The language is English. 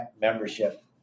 membership